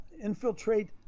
infiltrate